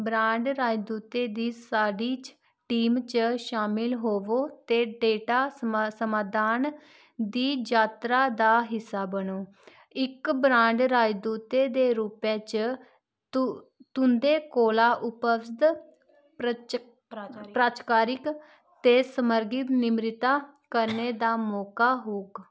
brand राजदूतें दी साढ़ी च टीम च शामिल होवो ते डेटा समाधान दी जात्तरा दा हिस्सा बनो इक ब्रांड राजदूतें दे रूपै च तुं'दे कोला दा उप्पर दे प्राचकारिक ते सम्रगिक निमर्ता करने दा मौका होगा